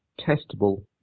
testable